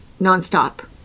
nonstop